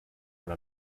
one